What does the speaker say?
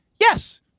Yes